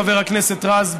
חבר הכנסת רז,